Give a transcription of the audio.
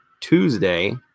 Tuesday